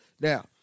Now